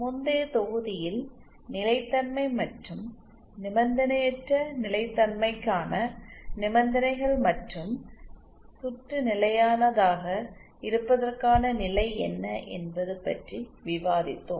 முந்தைய தொகுதியில் நிலைத்தன்மை மற்றும் நிபந்தனையற்ற நிலைத்தன்மைக்கான நிபந்தனைகள் மற்றும் சுற்று நிலையானதாக இருப்பதற்கான நிலை என்ன என்பது பற்றி விவாதித்தோம்